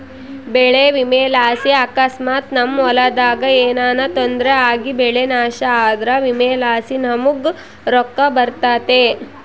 ಬೆಳೆ ವಿಮೆಲಾಸಿ ಅಕಸ್ಮಾತ್ ನಮ್ ಹೊಲದಾಗ ಏನನ ತೊಂದ್ರೆ ಆಗಿಬೆಳೆ ನಾಶ ಆದ್ರ ವಿಮೆಲಾಸಿ ನಮುಗ್ ರೊಕ್ಕ ಬರ್ತತೆ